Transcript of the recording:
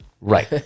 Right